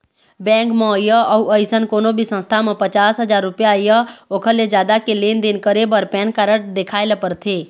bank म य अउ अइसन कोनो भी संस्था म पचास हजाररूपिया य ओखर ले जादा के लेन देन करे बर पैन कारड देखाए ल परथे